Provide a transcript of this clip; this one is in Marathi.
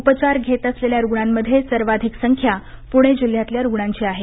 उपचार घेत असलेल्या रुग्णांमध्ये सर्वाधिक संख्या पूणे जिल्ह्यातल्या रुग्णांची आहे